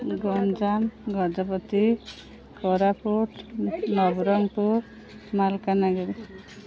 Ganjam Gajapati Koraput Nabarangpur Malkangiri